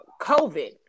COVID